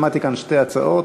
שמעתי כאן שתי הצעות,